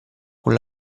con